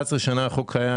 11 שנים החוק קיים,